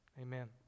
Amen